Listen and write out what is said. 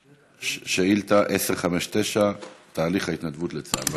שאילתה 1059, תהליך ההתנדבות לצה"ל.